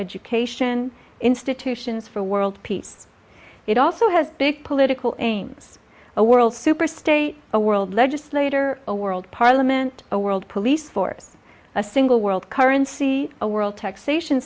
education institutions for world peace it also has big political aims a world superstate a world legislator a world parliament a world police force a single world currency a world taxation